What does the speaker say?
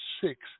six